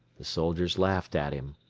the soldiers laughed at him.